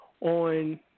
on